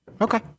Okay